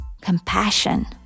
compassion